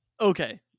okay